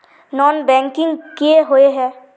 Non banking किए हिये है?